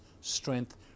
strength